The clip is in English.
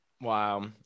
Wow